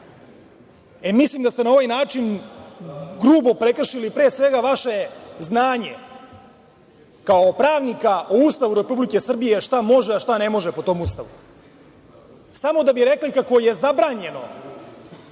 zemlji? Mislim da ste na ovaj način grubo prekršili pre svega vaše znanje, kao pravnika, o Ustavu Republike Srbije, šta može, a šta ne može po tom Ustavu, a da bi rekli kako je zabranjeno